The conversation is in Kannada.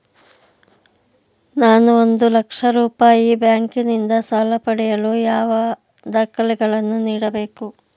ನಾನು ಒಂದು ಲಕ್ಷ ರೂಪಾಯಿ ಬ್ಯಾಂಕಿನಿಂದ ಸಾಲ ಪಡೆಯಲು ಯಾವ ದಾಖಲೆಗಳನ್ನು ನೀಡಬೇಕು?